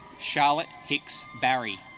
charlotte hicks barry